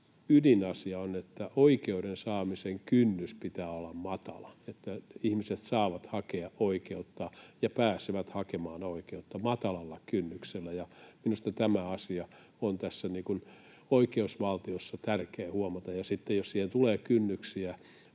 ydinasia on: oikeuden saamisen kynnyksen pitää olla matala, niin että ihmiset saavat hakea oikeutta ja pääsevät hakemaan oikeutta matalalla kynnyksellä. Minusta tämä asia on oikeusvaltiossa tärkeää huomata. Sitten jos siihen tulee kynnyksiä